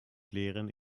leren